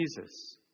Jesus